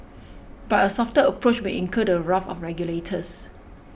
but a softer approach may incur the wrath of regulators